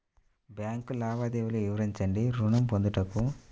Bank లావాదేవీలు వివరించండి ఋణము పొందుటకు?